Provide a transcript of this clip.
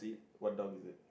what dog is it